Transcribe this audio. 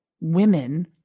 women